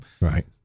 Right